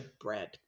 bread